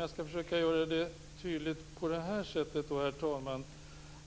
Jag skall därför försöka att göra mig tydlig.